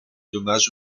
dommages